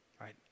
Right